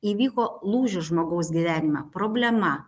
įvyko lūžis žmogaus gyvenime problema